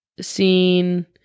seen